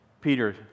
Peter